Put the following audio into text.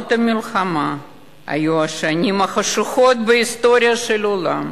שנות המלחמה היו השנים החשוכות בהיסטוריה של העולם,